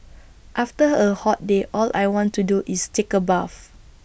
after A hot day all I want to do is take A bath